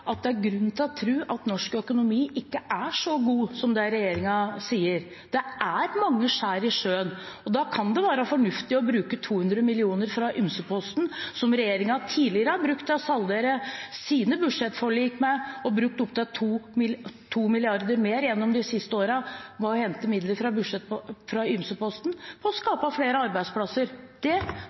at det er grunn til å tro at norsk økonomi ikke er så god som regjeringen sier. Det er mange skjær i sjøen, og da kan det være fornuftig å bruke 200 mill. kr fra ymseposten, som regjeringen tidligere har brukt til å saldere sine budsjettforlik. De har brukt opptil 2 mrd. kr mer gjennom de siste årene ved å hente midler fra ymseposten for å skape flere arbeidsplasser. Det